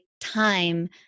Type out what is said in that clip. time